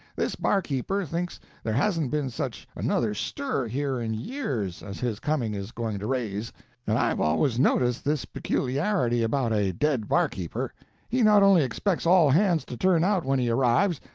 this barkeeper thinks there hasn't been such another stir here in years, as his coming is going to raise and i've always noticed this peculiarity about a dead barkeeper he not only expects all hands to turn out when he arrives,